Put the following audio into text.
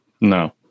No